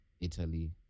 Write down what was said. Italy